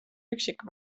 üksik